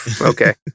okay